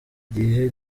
igihe